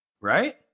right